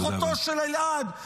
אחותו של אלעד -- תודה רבה.